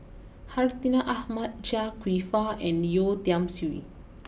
Hartinah Ahmad Chia Kwek Fah and Yeo Tiam Siew